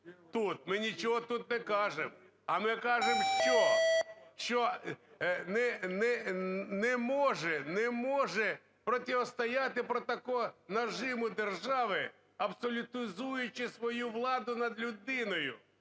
ми нічого тут не кажемо. А ми кажемо що? Що не може протистояти проти такого нажиму держави, абсолютизуючи свою владу над людиною.